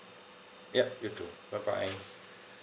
yup you too bye bye